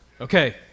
Okay